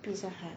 pizza hut